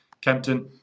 Kempton